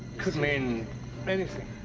could mean anything.